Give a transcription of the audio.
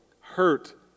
hurt